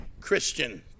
Christian